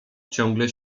ciągle